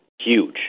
huge